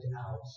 out